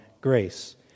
grace